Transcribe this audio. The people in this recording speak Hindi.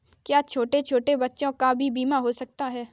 क्या छोटे छोटे बच्चों का भी बीमा हो सकता है?